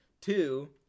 Two